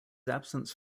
absence